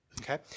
Okay